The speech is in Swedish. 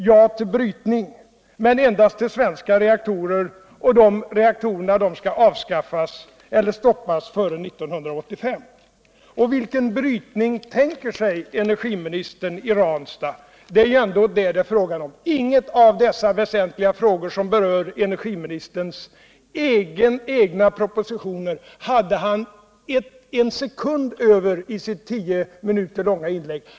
Ja till brytning men endast till svenska reaktorer, och de reaktorerna skall stoppas före 1985. Vilken brytning tänker sig energiministern I Ranstad? Det är ju ändå detta det är fråga om. Ingen av dessa väsentliga frågor, som berör energiministerns propositioner, hade han en sekund över för i sitt 10 minuter långa inlägg.